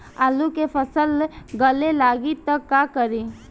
आलू के फ़सल गले लागी त का करी?